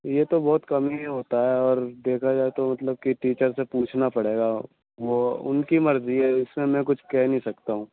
یہ تو بہت کم ہی ہوتا ہے اور دیکھا جائے تو مطلب کہ ٹیچر سے پوچھنا پڑے گا وہ ان کی مرضی ہے اس میں کچھ کہہ نہیں سکتا ہوں